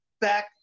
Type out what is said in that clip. back